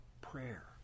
Prayer